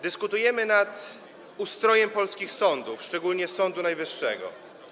Dyskutujemy nad ustrojem polskich sądów, szczególnie Sądu Najwyższego.